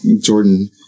Jordan